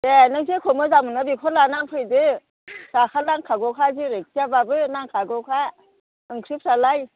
दे नों जेखौ मोजां मोनो बेखौ लानानै फैदो जाखानांखागौखा जेरैखियाबाबो नांखागौखा ओंख्रिफ्रालाय